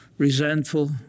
resentful